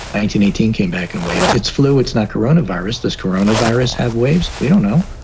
eighteen eighteen came back and waves its flu. it's not corona virus. this corona virus have waves. we don't know.